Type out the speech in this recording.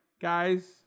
guys